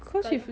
kalau